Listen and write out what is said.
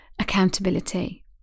accountability